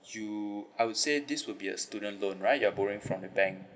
you I would say this would be a student loan right you're borrowing from the bank